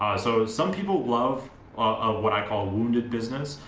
so some people love ah what i call wounded business,